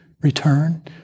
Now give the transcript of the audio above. return